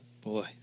Boy